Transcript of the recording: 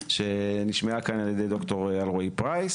שנשמעה כאן על ידי דוקטור אלרעי פרייס